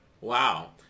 Wow